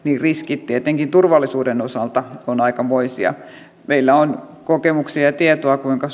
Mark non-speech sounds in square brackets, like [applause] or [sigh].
riskit turvallisuuden osalta ovat aikamoisia meillä on kokemuksia ja tietoa kuinka [unintelligible]